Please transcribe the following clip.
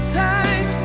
time